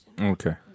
okay